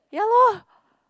ya lor